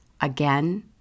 again